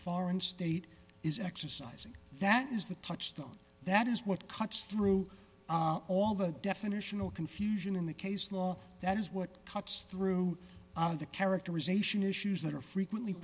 foreign state is exercising that is the touchstone that is what cuts through all the definitional confusion in the case law that is what cuts through the characterization issues that are frequently